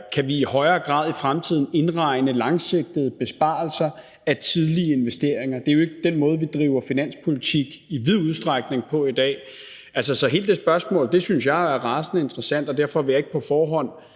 om vi i højere grad i fremtiden kan indregne langsigtede besparelser af tidlige investeringer. Det er jo ikke den måde, vi i vid udstrækning driver finanspolitik på i dag. Så hele det spørgsmål synes jeg er rasende interessant, og derfor vil jeg ikke på forhånd